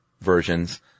versions